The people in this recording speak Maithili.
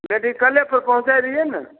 मेडिकले पर पहुँचै रहियै ने